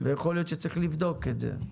יכול להיות שצריך לבדוק את זה.